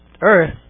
earth